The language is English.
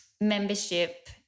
membership